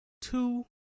Two